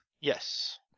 yes